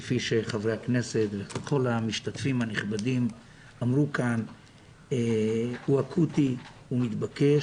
כפי שחברי הכנסת וכל המשתתפים הנכבדים אמרו כאן שהוא אקוטי והוא מתבקש,